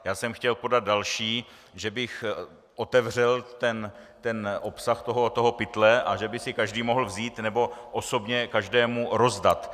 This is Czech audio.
Já jsem chtěl podat další, že bych otevřel obsah toho pytle a že by si každý mohl vzít, nebo osobně každému rozdat.